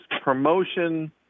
promotion